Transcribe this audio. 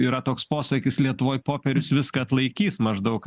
yra toks posakis lietuvoj popierius viską atlaikys maždaug